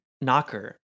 knocker